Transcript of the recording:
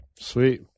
Sweet